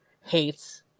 hates